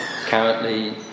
Currently